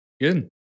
Good